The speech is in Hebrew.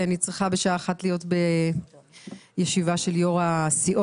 אני צריכה בשעה אחת להיות בישיבה של יו"ר הסיעות.